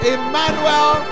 Emmanuel